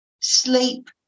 sleep